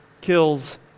kills